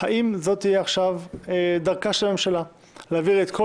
האם זו תהיה עכשיו דרכה של הממשלה להעביר את כל